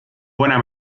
buena